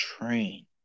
train